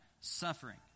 Suffering